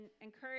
encourage